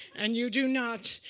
and you do not,